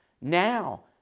now